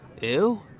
Ew